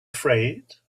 afraid